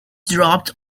dropped